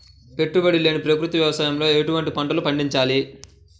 పెట్టుబడి లేని ప్రకృతి వ్యవసాయంలో ఎటువంటి పంటలు పండించాలి?